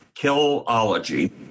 Killology